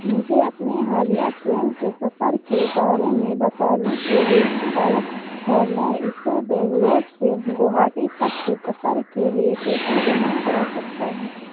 مجھے اپنے حالیہ ٹرین کے سفر کے بارے میں بتانے کے لیے شکایت ہے میں اسے بنگلور سے گوہاٹی تک کے سفر کے لیے کیسے جمع کرا سکتا ہوں